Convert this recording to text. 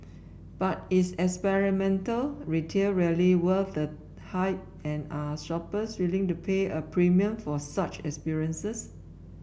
but is experiential retail really worth the hype and are shoppers willing to pay a premium for such experiences